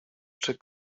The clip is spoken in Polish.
czy